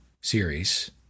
series